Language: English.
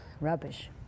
rubbish